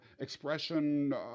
expression